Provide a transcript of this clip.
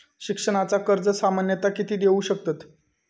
शिक्षणाचा कर्ज सामन्यता किती देऊ शकतत?